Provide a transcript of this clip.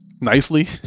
Nicely